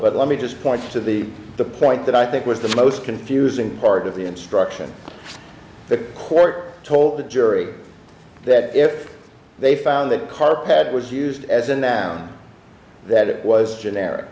but let me just points to the point that i think was the most confusing part of the instructions the court told the jury that if they found that car pad was used as a noun that it was generic